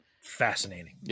Fascinating